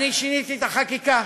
אני שיניתי את החקיקה.